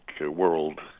world